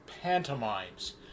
pantomimes